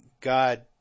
God